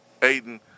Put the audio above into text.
Aiden